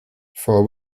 for